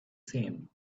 same